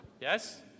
Yes